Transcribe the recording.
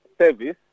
Service